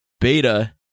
Beta